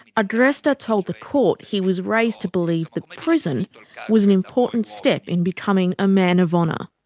agresta told the court he was raised to believe that prison was an important step in becoming a man of honour.